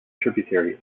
tributary